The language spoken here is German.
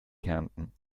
kärnten